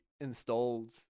installed